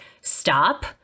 stop